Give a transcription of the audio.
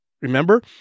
Remember